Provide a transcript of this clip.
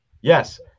Yes